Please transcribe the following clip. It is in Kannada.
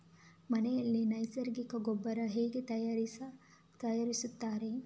ಮನೆಯಲ್ಲಿ ನೈಸರ್ಗಿಕ ಗೊಬ್ಬರ ಹೇಗೆ ತಯಾರಿಸುತ್ತಾರೆ?